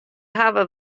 hawwe